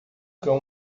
cão